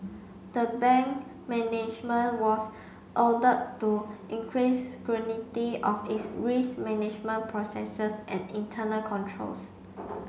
the bank management was ordered to increase of its risk management processes and internal controls